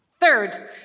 Third